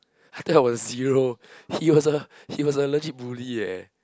I tell I was zero he was a he was a legit bully eh